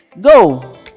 go